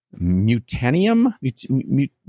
Mutanium